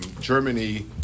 Germany